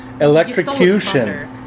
Electrocution